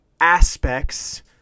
aspects